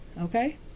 Okay